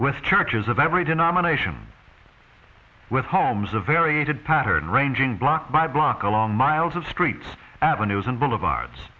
with churches of every denomination with homes a varied pattern ranging block by block along miles of street avenues and boulevards